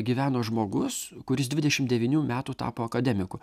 gyveno žmogus kuris dvidešimt devynių metų tapo akademiku